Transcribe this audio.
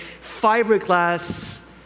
fiberglass